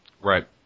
Right